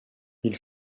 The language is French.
ils